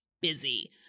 busy